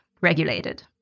regulated